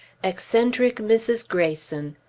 eccentric mrs. greyson!